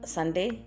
Sunday